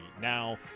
now